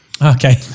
Okay